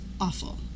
awful